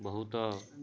ବହୁତ